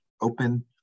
open